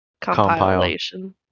Compilation